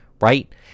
right